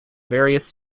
various